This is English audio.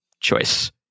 choice